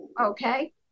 okay